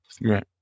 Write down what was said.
Right